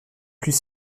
plus